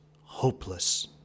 hopeless